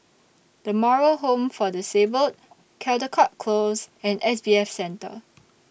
The Moral Home For Disabled Caldecott Close and S B F Center